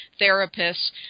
therapists